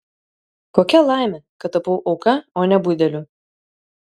kokia laimė kad tapau auka o ne budeliu